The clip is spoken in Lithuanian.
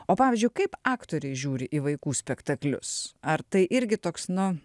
o pavyzdžiui kaip aktoriai žiūri į vaikų spektaklius ar tai irgi toks nu